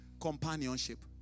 companionship